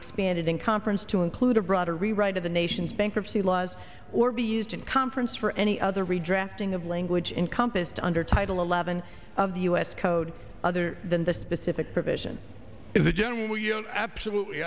expanded in conference to include a broader rewrite of the nation's bankruptcy laws or be used in conference for any other redrafting of language in compassed under title eleven of the u s code other than the specific provision